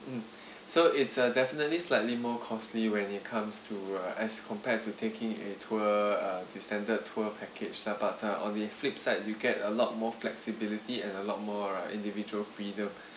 mm so it's uh definitely slightly more costly when it comes to uh as compared to taking a tour uh the standard tour package lah but uh on the flip side you get a lot more flexibility and a lot more uh individual freedom